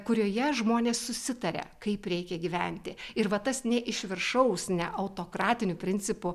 kurioje žmonės susitaria kaip reikia gyventi ir va tas ne iš viršaus ne autokratiniu principu